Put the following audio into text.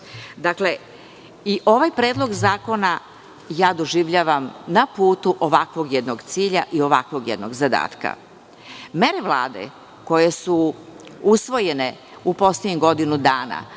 Srbiju. Dakle, i ovaj predlog zakona ja doživljavam na putu ovakvog jednog cilja i ovakvog jednog zadatka. Mere Vlade koje su usvojene u poslednjih godinu dana,